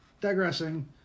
digressing